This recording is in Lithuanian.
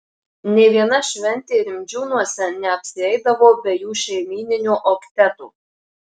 nė viena šventė rimdžiūnuose neapsieidavo be jų šeimyninio okteto